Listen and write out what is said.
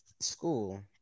School